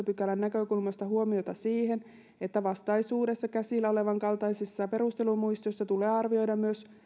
pykälän näkökulmasta huomiota siihen että vastaisuudessa käsillä olevan kaltaisissa perustelumuistioissa tulee arvioida myös